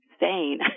insane